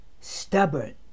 stubborn